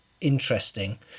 Interesting